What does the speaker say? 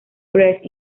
press